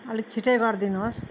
अलिक छिट्टै गरिदिनुहोस्